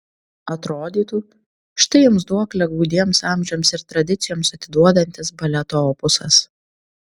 atrodytų štai jums duoklę gūdiems amžiams ir tradicijoms atiduodantis baleto opusas